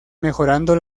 mejorando